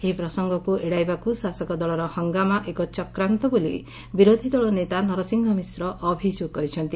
ଏହି ପ୍ରସଙ୍ଗକୁ ଏଡ଼ାଇବାକୁ ଶାସକ ଦଳର ହଙ୍ଗାମା ଏକ ଚକ୍ରାନ୍ତ ବୋଲି ବିରୋଧୀ ଦଳ ନେତା ନରସିଂହ ମିଶ୍ର ଅଭିଯୋଗ କରିଛନ୍ତି